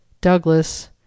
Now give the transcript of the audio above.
Douglas